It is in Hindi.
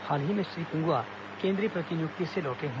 हाल ही में श्री पिंगुआ केन्द्रीय प्रतिनियुक्ति से लौटे हैं